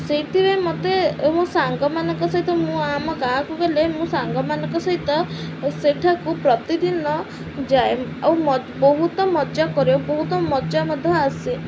ସେଇଥିପାଇ ମୋତେ ମୋ ସାଙ୍ଗମାନଙ୍କ ସହିତ ମୁଁ ଆମ ଗାଁକୁ ଗଲେ ମୁଁ ସାଙ୍ଗମାନଙ୍କ ସହିତ ସେଠାକୁ ପ୍ରତିଦିନ ଯାଏ ଆଉ ବହୁତ ମଜା ବହୁତ ମଜା ମଧ୍ୟ ଆସେ